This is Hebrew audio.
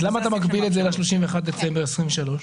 למה אתה מגביל את זה ל-31 בדצמבר 2023?